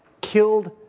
killed